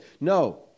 No